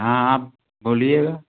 हाँ आप बोलिएगा